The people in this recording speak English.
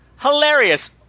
hilarious